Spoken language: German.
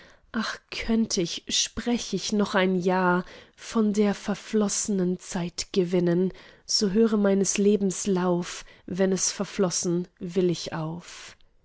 ach könnt ich sprech ich noch ein jahr von der verfloßnen zeit gewinnen so höre meines lebens lauf wenn es verflossen willig auf